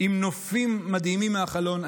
עם נופים מדהימים מהחלון.